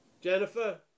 Jennifer